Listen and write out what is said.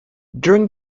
during